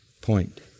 point